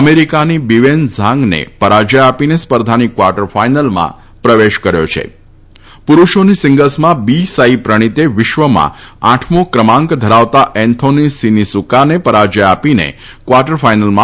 અમેરિકાની બીવેન ઝાંગને પરાજય આપીને સ્પર્ધાની ક્વાર્ટર ફાઈનલમાં પ્રવેશ કર્યો છે સાંઈપ્રણિતે વિશ્વમાં આઠમો ક્રમાંક ધરાવતા એન્થોની સીનીસુકાને પરાજય આપીને ક્વાર્ટર ફાઈનલમાં